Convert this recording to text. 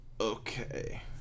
Okay